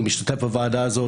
אני משתתף בוועדה הזו,